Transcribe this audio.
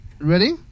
Ready